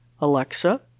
Alexa